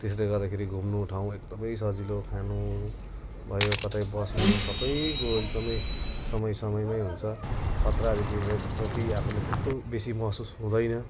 त्यसले गर्दाखेरि घुम्ने ठाउँ एकदमै सजिलो दामी भयो कतै बस्नु सबै कुरो एकदमै समय समयमा हुन्छ खत्रादेखि लिएर त्यस्तो केही आफूले त्यत्रो बेसी महसुस हुँदैन